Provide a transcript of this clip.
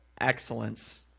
excellence